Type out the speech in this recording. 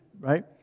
right